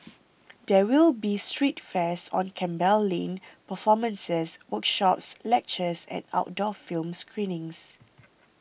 there will be street fairs on Campbell Lane performances workshops lectures and outdoor film screenings